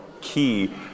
key